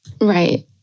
Right